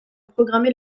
programmer